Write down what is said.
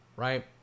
Right